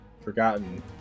forgotten